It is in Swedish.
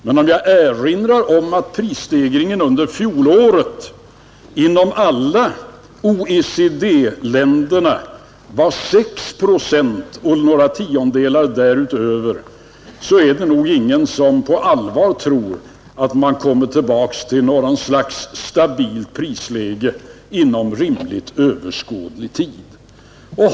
Men om jag erinrar om att prisstegringen under fjolåret inom alla OECD-länderna var 6 procent och några tiondelar därutöver, är det nog ingen som på allvar tror att man kommer tillbaka till något slags stabilt prisläge inom överskådlig tid.